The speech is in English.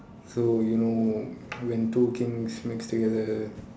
so you know when two kings mix together